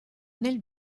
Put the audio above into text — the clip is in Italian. nel